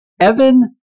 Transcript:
Evan